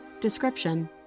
Description